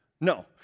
No